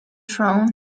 throne